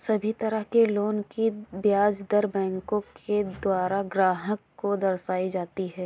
सभी तरह के लोन की ब्याज दर बैंकों के द्वारा ग्राहक को दर्शाई जाती हैं